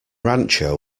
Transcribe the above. rancho